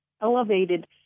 elevated